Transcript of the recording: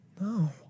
No